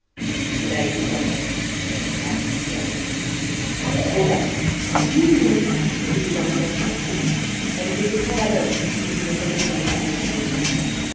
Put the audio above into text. cela était à lui à lui seul au reste nul n'aurait pu profiter de ces indications elles étaient sans valeur pour qui ne pouvait connaître le fond des choses